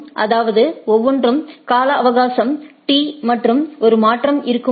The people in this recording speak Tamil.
அதாவது ஒவ்வொன்றும் கால அவகாசம் t மற்றும் ஒரு மாற்றம் இருக்கும்போது